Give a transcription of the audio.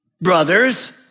Brothers